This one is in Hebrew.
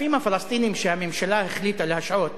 הכספים הפלסטיניים שהממשלה החליטה להשעות